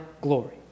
glory